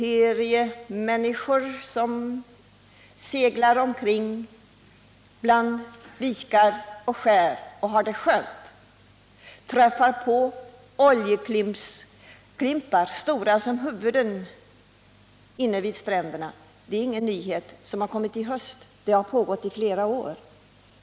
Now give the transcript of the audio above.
Att människor på sommarferie som seglar omkring bland vikar och skär och har det skönt träffat på oljeklimpar stora som huvuden inne vid stränderna är ingenting som är nytt och som kommit fram just i höst, utan det har pågått under flera år.